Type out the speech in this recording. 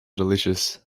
delicious